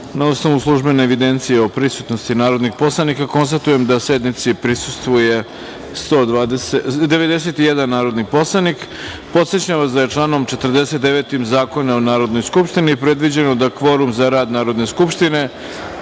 osnovu službene evidencije o prisutnosti narodnih poslanika, konstatujem da sednici prisustvuje 91 narodni poslanik. Podsećam vas da je članom 49. Zakona o Narodnoj skupštini predviđeno da kvorum za rad Narodne skupštine